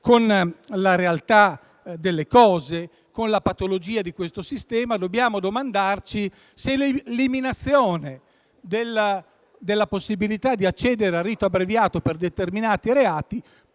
con la realtà delle cose, con la patologia di questo sistema, dobbiamo domandarci se l'eliminazione della possibilità di accedere al rito abbreviato per determinati reati